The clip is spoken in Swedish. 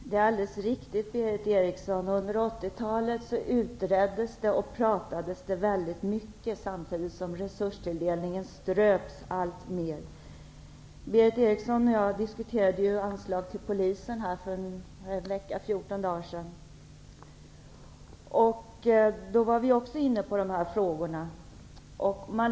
Herr talman! Det är alldeles riktigt, Berith Eriksson. Under 80-talet utreddes det och pratades det väldigt mycket, samtidigt som resurstilldelningen ströps alltmer. För en tid sedan diskuterade jag och Berith Eriksson anslaget till Polisen. Även då var vi inne på dessa frågor.